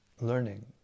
learning